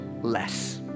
less